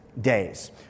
days